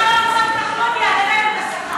למזלם של החיילים, שר האוצר כחלון יעלה את השכר.